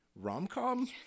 rom-com